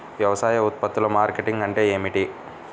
వ్యవసాయ ఉత్పత్తుల మార్కెటింగ్ అంటే ఏమిటి?